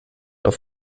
auf